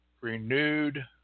renewed